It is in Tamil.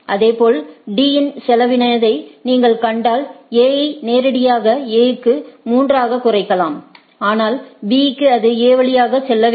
இதேபோல் D இன் செலவினதை நீங்கள் கண்டால் A ஐ நேரடியாக A க்கு 3 ஆகக் குறைக்கலாம் ஆனால் B க்கு அது A வழியாக செல்ல வேண்டும்